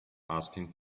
asking